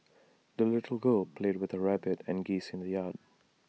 the little girl played with her rabbit and geese in the yard